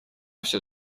все